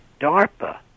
DARPA